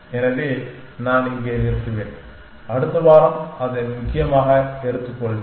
எனவே நான் இங்கே நிறுத்துவேன் அடுத்த வாரம் அதை முக்கியமாக எடுத்துக்கொள்வேன்